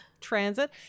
transit